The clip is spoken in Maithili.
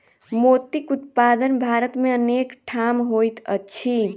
मोतीक उत्पादन भारत मे अनेक ठाम होइत अछि